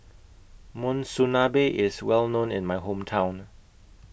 Monsunabe IS Well known in My Hometown